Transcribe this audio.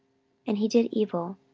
and he did evil,